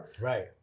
Right